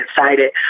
excited